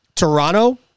Toronto